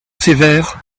sévère